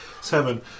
seven